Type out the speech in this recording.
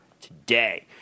today